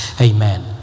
Amen